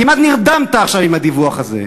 כמעט נרדמת עכשיו עם הדיווח הזה.